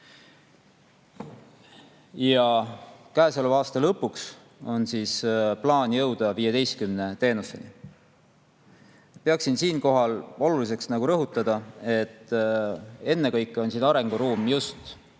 ja käesoleva aasta lõpuks on plaan jõuda 15 teenuseni. Pean siinkohal oluliseks rõhutada, et ennekõike on siin arenguruumi just